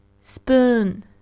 Spoon